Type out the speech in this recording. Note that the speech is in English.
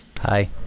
Hi